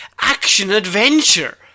action-adventure